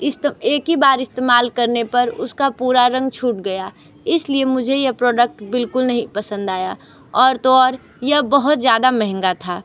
इस्त एक ही बार इस्तेमाल करने पर उसका पूरा रंग छूट गया इस लिए मुझे यह प्रोडक्ट बिल्कुल नहीं पसंद आया और तो और यह बहुत ज़्यादा महंगा था